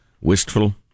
wistful